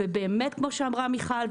ובאמת כמו שאמרה מיכל,